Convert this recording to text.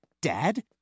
Dad